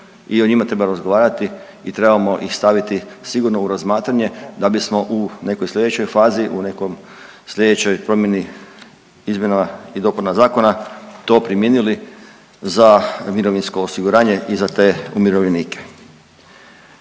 i o njima treba razgovarati i trebamo ih staviti sigurno u razmatranje da bismo u nekoj sljedećoj fazi, u nekom sljedećoj promjeni izmjena i dopuna zakona to primijenili za mirovinsko osiguranje i za te umirovljenike.